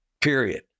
period